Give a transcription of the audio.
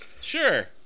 Sure